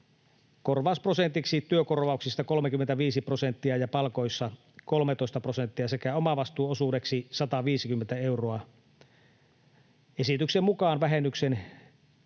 korvausprosentiksi työkorvauksissa 35 prosenttia ja palkoissa 13 prosenttia sekä omavastuuosuudeksi 150 euroa. Esityksen mukaan vähennyksen